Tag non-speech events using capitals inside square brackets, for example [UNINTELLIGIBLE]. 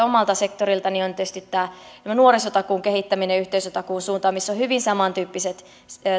[UNINTELLIGIBLE] omalta sektoriltani on tietysti tämä meidän nuorisotakuun kehittäminen yhteisötakuun suuntaan missä on hyvin samantyyppiset